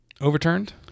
overturned